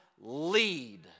lead